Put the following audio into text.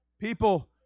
People